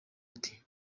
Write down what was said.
ati